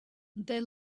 they